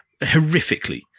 horrifically